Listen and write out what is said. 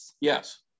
Yes